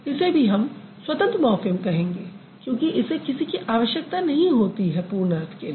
इसे भी हम स्वतंत्र मॉर्फ़िम कहेंगे क्योंकि इसे किसी की आवश्यकता नहीं होती है पूर्ण अर्थ के लिए